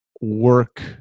work